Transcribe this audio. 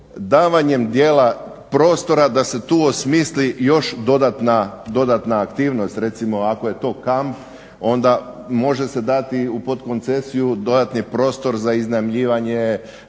davanjem dijela prostora da se tu osmisli još dodatna aktivnost. Recimo ako je to kamp, onda se može dati u podkoncesiju dodatni prostor za iznajmljivanje